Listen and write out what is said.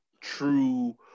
true